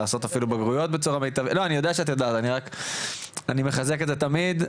אני מחזק את התמיד,